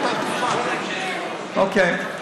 אוקיי,